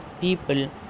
people